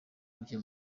buke